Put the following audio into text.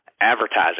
advertising